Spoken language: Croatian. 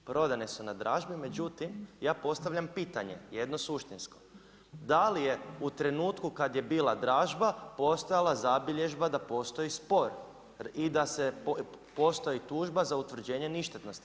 O.k. Prodane su na dražbi, međutim ja postavljam pitanje jedno suštinsko da li je u trenutku kad je bila dražba postojala zabilježba da postoji spor i da postoji tužba za utvrđenje ništetnosti?